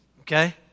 Okay